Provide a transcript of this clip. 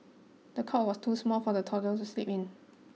the cot was too small for the toddler to sleep in